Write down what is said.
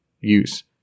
use